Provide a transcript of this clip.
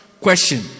question